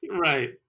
Right